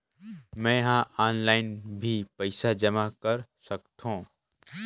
मैं ह ऑनलाइन भी पइसा जमा कर सकथौं?